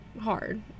hard